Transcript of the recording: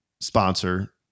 sponsor